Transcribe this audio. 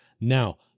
Now